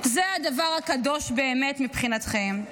זה הדבר הקדוש באמת מבחינתכם.